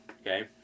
Okay